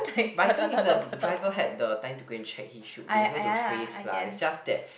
but I think if the driver had the time to go and check he should be able to go and trace lah it's just that